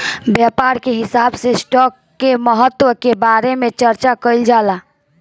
व्यापार के हिसाब से स्टॉप के महत्व के बारे में चार्चा कईल जाला